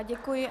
Děkuji.